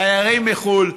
תיירים מחו"ל,